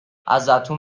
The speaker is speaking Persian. ازتون